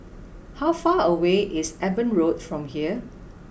how far away is Eben Road from here